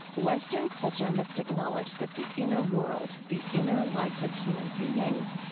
western culture must acknowledge that the inner world, the inner life of human beings,